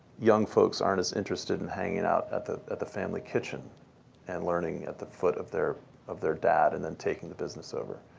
young folks aren't as interested in hanging out at the at the family kitchen and learning at the foot of their of their dad and then taking the business over.